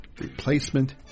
Replacement